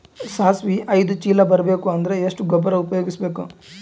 ಸಾಸಿವಿ ಐದು ಚೀಲ ಬರುಬೇಕ ಅಂದ್ರ ಎಷ್ಟ ಗೊಬ್ಬರ ಉಪಯೋಗಿಸಿ ಬೇಕು?